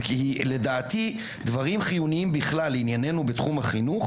כי לדעתי דברים חיוניים בכלל לענייננו בתחום החינוך